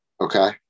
Okay